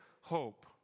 hope